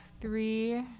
three